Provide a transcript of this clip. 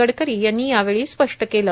गडकरी यांनी यावेळी स्पष्ट केले